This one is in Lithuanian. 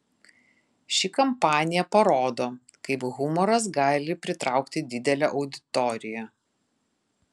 ši kampanija parodo kaip humoras gali pritraukti didelę auditoriją